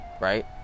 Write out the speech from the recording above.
right